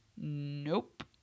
Nope